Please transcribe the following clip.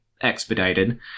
expedited